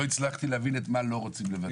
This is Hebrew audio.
לא הצלחתי להבין את מה לא רוצים לבטל.